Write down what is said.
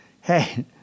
hey